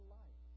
life